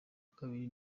kabiri